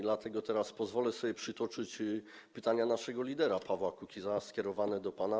Dlatego teraz pozwolę sobie przytoczyć pytania naszego lidera, Pawła Kukiza, skierowane do pana.